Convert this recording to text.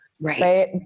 right